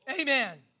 Amen